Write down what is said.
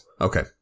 Okay